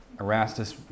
Erastus